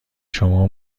شما